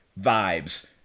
vibes